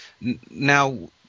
Now